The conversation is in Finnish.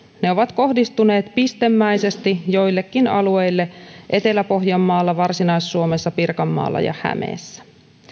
ne ovat kohdistuneet pistemäisesti joillekin alueille etelä pohjanmaalla varsinais suomessa pirkanmaalla ja hämeessä